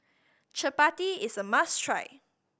chappati is a must try